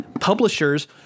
publishers